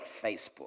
Facebook